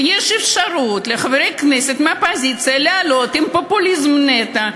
ויש אפשרות לחברי כנסת מהאופוזיציה לעלות עם פופוליזם נטו.